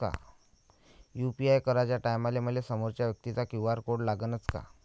UPI कराच्या टायमाले मले समोरच्या व्यक्तीचा क्यू.आर कोड लागनच का?